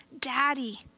daddy